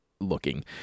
looking